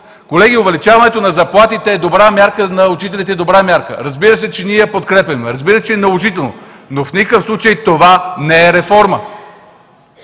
Колеги, увеличаването на заплатите на учителите е добра мярка. Разбира се, че ние я подкрепяме, разбира се, че е наложително, но в никакъв случай това не е реформа.